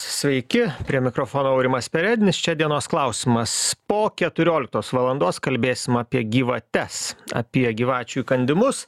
sveiki prie mikrofono aurimas perednis čia dienos klausimas po keturioliktos valandos kalbėsim apie gyvates apie gyvačių įkandimus